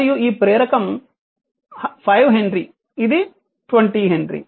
మరియు ఈ ప్రేరకం 5 హెన్రీ ఇది 20 హెన్రీ